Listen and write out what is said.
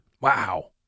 Wow